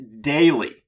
daily